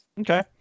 Okay